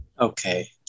Okay